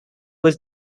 was